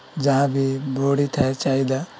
ଯାହା ବି ବଢ଼ିଥାଏ ଚାହିଦା